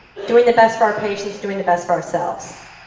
doing the best for our patients, doing the best for ourselves.